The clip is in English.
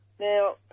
Now